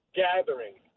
gathering